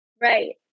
Right